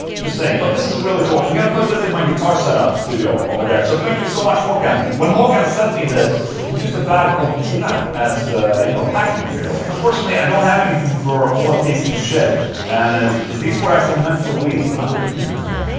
just saying but this is really cool, i'm going to put this in my guitar setup studio over there so thank you so much hakan when hakan sent me this he used a bag of bilar as you know, packing material unfortunately, i don't have anything for ola tasting shit and these were actually meant for louise, but i'm gonna eat them anyway